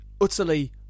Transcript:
utterly